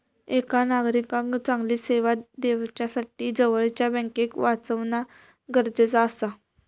एका नागरिकाक चांगली सेवा दिवच्यासाठी जवळच्या बँकेक वाचवणा गरजेचा आसा